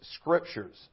scriptures